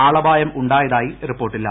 ആളപായം ഉണ്ടായതായി റിപ്പോർട്ടില്ല